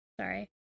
Sorry